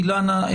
אילנה,